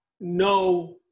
no